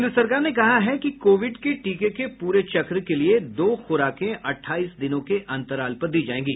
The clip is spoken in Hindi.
केन्द्र सरकार ने कहा है कि कोविड के टीके के पूरे चक्र के लिए दो खूराकें अठाईस दिनों के अंतराल पर दी जाएंगी